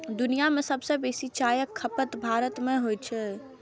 दुनिया मे सबसं बेसी चायक खपत भारत मे होइ छै